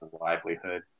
livelihood